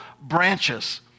branches